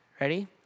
Ready